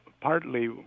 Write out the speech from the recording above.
Partly